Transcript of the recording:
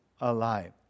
alive